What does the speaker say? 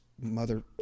Mother